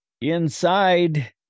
Inside